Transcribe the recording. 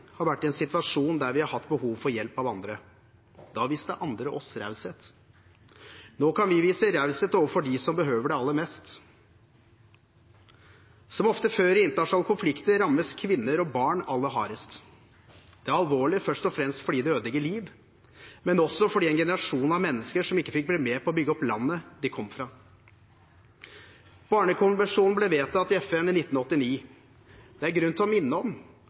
har vært i en situasjon der vi har hatt behov for hjelp av andre. Da viste andre oss raushet. Nå kan vi vise raushet overfor dem som behøver det aller mest. Som ofte før i internasjonale konflikter rammes kvinner og barn aller hardest. Det er alvorlig først og fremst fordi det ødelegger liv, men også fordi en generasjon av mennesker ikke fikk bli med å bygge opp landet de kom fra. Barnekonvensjonen ble vedtatt i FN i 1989. Det er grunn til å minne om